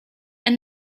and